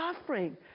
suffering